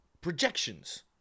projections